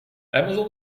amazon